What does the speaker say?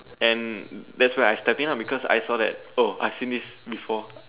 and that's why I step in lah because I saw that oh I finish before